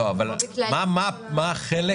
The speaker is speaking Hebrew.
לא, אבל מה החלק